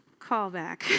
callback